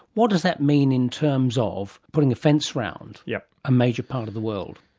what does that mean in terms of putting a fence round yeah a major part of the world?